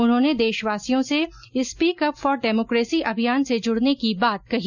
उन्होने देशवासियों से स्पीक अप फॉर डेमोकेसी अभियान से जुडने की बात कही